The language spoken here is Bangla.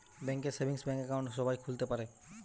ব্যাঙ্ক এ সেভিংস ব্যাঙ্ক একাউন্ট সবাই খুলতে পারে